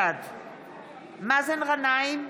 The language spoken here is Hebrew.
בעד מאזן גנאים,